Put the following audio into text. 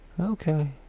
Okay